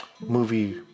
movie